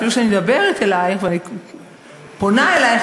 אפילו שאני מדברת אלייך ופונה אלייך